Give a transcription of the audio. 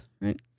right